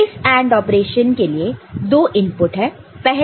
इस AND operation के लिए दो इनपुट है